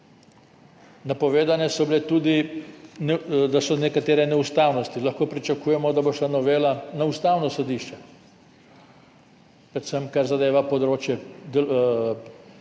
Napovedano je bilo tudi, da so nekatere neustavnosti. Lahko pričakujemo, da bo šla novela na Ustavno sodišče, predvsem kar zadeva področje